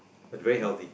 but very healthy